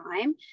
time